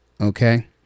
Okay